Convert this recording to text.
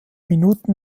minuten